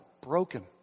broken